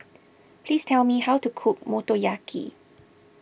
please tell me how to cook Motoyaki